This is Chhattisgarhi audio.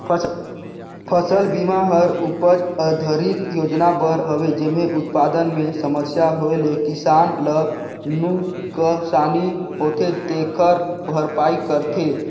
फसल बिमा हर उपज आधरित योजना बर हवे जेम्हे उत्पादन मे समस्या होए ले किसान ल नुकसानी होथे तेखर भरपाई करथे